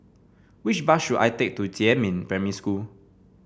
which bus should I take to Jiemin Primary School